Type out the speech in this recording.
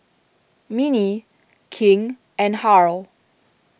Minnie King and Harl